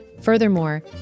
Furthermore